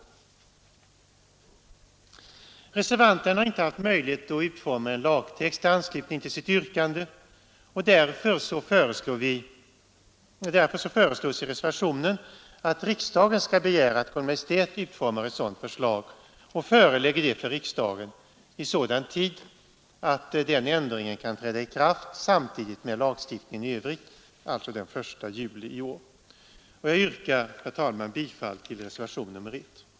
Vi reservanter har inte haft möjlighet att utforma en lagtext i anslutning till vårt yrkande, och därför föreslås i reservationen att riksdagen skall begära att Kungl. Maj:t utformar ett dylikt förslag och framlägger det för riksdagen i sådan tid att ändringen kan träda i kraft samtidigt med lagstiftningen i övrigt, alltså den 1 juli i år. Jag yrkar, herr talman, bifall till reservationen 1.